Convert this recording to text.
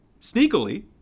sneakily